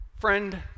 Friend